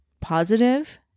positive